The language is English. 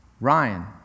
Ryan